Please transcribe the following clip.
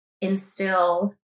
instill